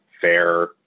fair